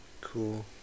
cool